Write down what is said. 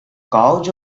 cause